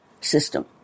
system